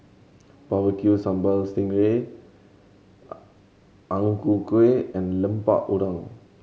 Barbecue Sambal sting ray Ang Ku Kueh and Lemper Udang